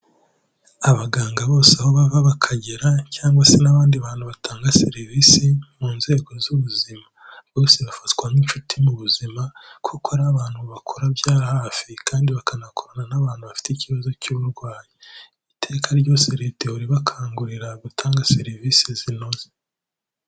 Abaganga bose aho bava bakagera cyangwa se n'abandi bantu batanga serivisi mu nzego z'ubuzima, bose bafatwa nk'inshuti mu buzima kuko ari abantu bakora bya hafi kandi bakanakorana n'abantu bafite ikibazo cy'uburwayi, iteka ryose leta ihorabakangurira gutanga serivisi zinoze.